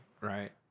right